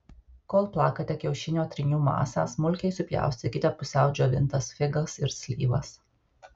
kol plakate kiaušinio trynių masę smulkiai supjaustykite pusiau džiovintas figas ir slyvas